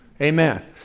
Amen